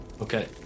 Okay